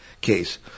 case